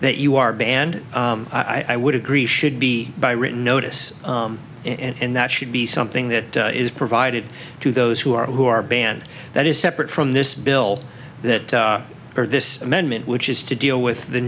that you are banned i would agree should be by written notice and that should be something that is provided to those who are who are banned that is separate from this bill that or this amendment which is to deal with the